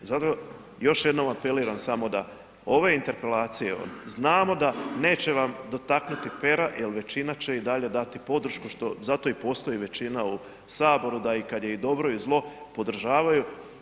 Zato još jednom apeliram samo da ove interpelacije, znamo da neće vam dotaknuti pera jer većina će i dalje dati podršku što, zato i postoji većina u Saboru da kada je i dobro i zlo podržavaju.